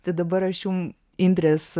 tai dabar aš jum indrės